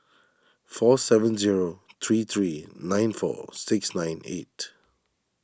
four seven zero three three nine four six nine eight